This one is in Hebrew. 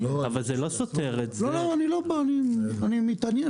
אני באמת מתעניין.